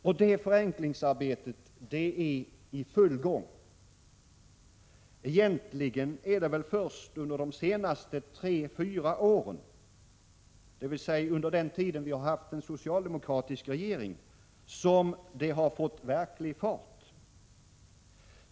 Och förenklingsarbetet är i full gång. Egentligen är det väl först under de senaste tre fyra åren — dvs. under den tid vi har haft en socialdemokratisk regering — som det fått verklig fart.